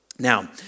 Now